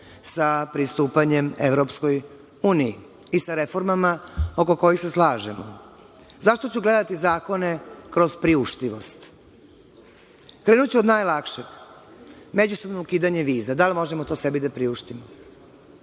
sa pristupanjem Evropskoj uniji i sa reformama oko kojih se slažemo.Zašto ću gledati zakone kroz priuštivost? Krenuću od najlakšeg – međusobno ukidanje viza. Da li možemo to sebi da priuštimo?